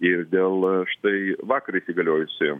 ir dėl štai vakar įsigaliojusi